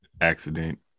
accident